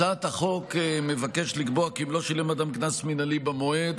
הצעת החוק מבקשת לקבוע כי אם לא שילם אדם קנס מינהלי במועד,